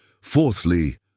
Fourthly